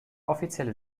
offizielle